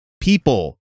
people